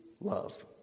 Love